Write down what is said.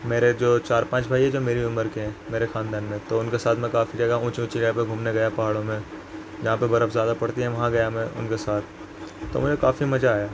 میرے جو چار پانچ بھائی ہیں جو میری عمر کے ہیں میرے خاندان میں تو ان کے ساتھ میں کافی جگہ اونچی اونچی جگہ پہ گھومنے گیا پہاڑوں میں جہاں پہ برف زیادہ پڑتی ہے وہاں گیا میں ان کے ساتھ تو مجھے کافی مزا آیا